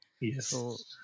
Yes